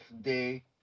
day